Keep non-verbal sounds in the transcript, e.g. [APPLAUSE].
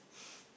[BREATH]